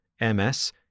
MS